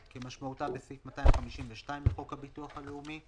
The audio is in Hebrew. כמשמעותה בסעיף 252 לחוק הביטוח הלאומי,